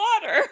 water